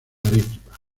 arequipa